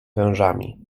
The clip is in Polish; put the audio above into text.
wężami